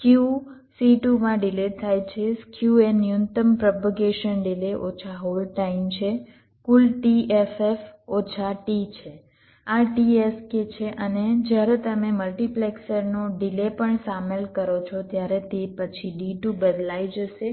skew C2 માં delay થાય છે સ્ક્યુ એ ન્યૂનતમ પ્રોપેગેશન ડિલે ઓછા હોલ્ડ ટાઇમ છે કુલ t ff ઓછા t છે આ t sk છે અને જ્યારે તમે મલ્ટિપ્લેક્સરનો ડિલે પણ શામેલ કરો છો ત્યારે તે પછી D2 બદલાઈ જશે